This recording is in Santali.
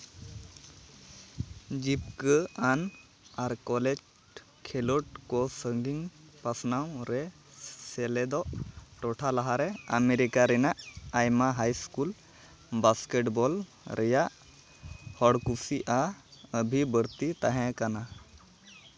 ᱡᱤᱵᱽᱠᱟᱹ ᱟᱱ ᱟᱨ ᱠᱚᱞᱮᱡᱽ ᱠᱷᱮᱞᱳᱸᱰ ᱠᱚ ᱥᱟᱺᱜᱤᱧ ᱯᱟᱥᱱᱟᱣ ᱨᱮ ᱥᱮᱞᱮᱫᱚᱜ ᱴᱚᱴᱷᱟ ᱞᱟᱦᱟᱨᱮ ᱟᱢᱮᱹᱨᱤᱠᱟ ᱨᱮᱱᱟᱜ ᱟᱭᱢᱟ high school basket ball ᱨᱮᱭᱟᱜ ᱦᱚᱲ ᱠᱩᱥᱤ ᱟᱜ ᱟᱹᱵᱷᱤ ᱵᱟᱹᱲᱛᱤ ᱛᱟᱦᱮᱸ ᱠᱟᱱᱟ